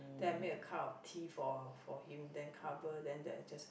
then I made a cup of tea for for him then cover then then I just